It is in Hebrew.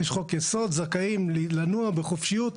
יש חוק יסוד, זכאים לנוע בחופשיות.